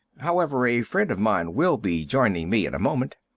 however, a friend of mine will be joining me in a moment.